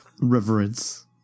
reverence